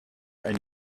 and